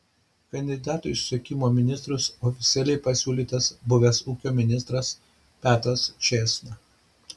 kandidatu į susisiekimo ministrus oficialiai pasiūlytas buvęs ūkio ministras petras čėsna